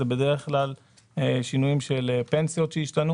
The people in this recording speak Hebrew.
אלה בדרך כלל שינויים של פנסיות שהשתנו